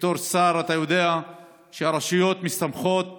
בתור שר אתה יודע שהרשויות מסתמכות